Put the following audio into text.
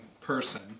person